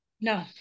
No